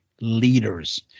leaders